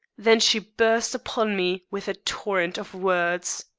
then she burst upon me with a torrent of words.